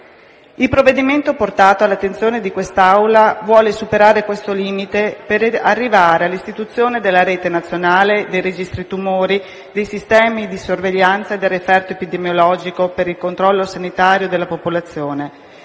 Il provvedimento portato all'attenzione dell'Assemblea vuole superare questo limite, per arrivare all'istituzione della Rete nazionale dei registri tumori e dei sistemi di sorveglianza e del referto epidemiologico per il controllo sanitario della popolazione.